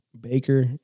Baker